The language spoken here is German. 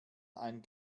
ein